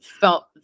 felt